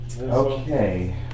Okay